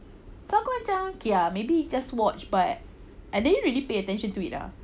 so aku macam okay ah maybe just watch but I didn't really pay attention to it ah